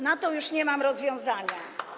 Na to już nie mam rozwiązania.